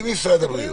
היא ממשרד הבריאות.